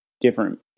different